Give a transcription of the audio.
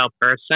person